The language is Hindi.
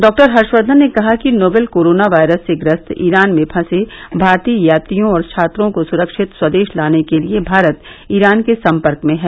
डॉ हर्षक्षन ने कहा कि नोवल कोरोना वायरस से ग्रस्त ईरान में फंसे भारतीय यात्रियों और छात्रों को सुरक्षित स्वदेश लाने के लिए भारत ईरान के सम्पर्क में है